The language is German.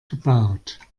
gebaut